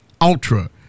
Ultra